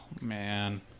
man